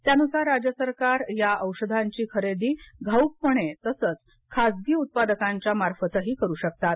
त्यानुसार राज्य सरकार या औषधांची खरेदी घाऊकपणे तसच खाजगी उत्पादकांच्या मार्फत ही करू शकतात